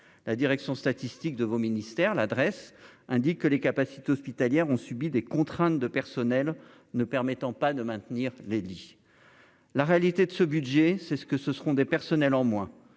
la direction statistique de vos ministères l'adresse, indique que les capacités hospitalières ont subi des contraintes de personnel ne permettant pas de maintenir les lits, la réalité de ce budget, c'est ce que ce seront des personnels en moins,